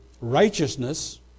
righteousness